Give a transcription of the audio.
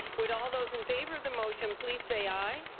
would all those in favour of the motion please say aye.